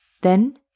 Then